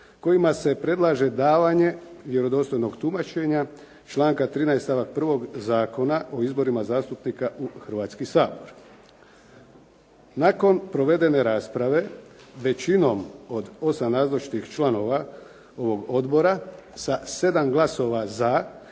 kojima se predlaže davanje vjerodostojnog tumačenja, članka 13. stavka 1. Zakona o izborima zastupnika u Hrvatski sabor. Nakon provedene rasprave, većinom od 8 nazočnih članova ovoga odbora sa 7 glasova za